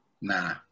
Nah